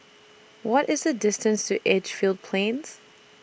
What IS The distance to Edgefield Plains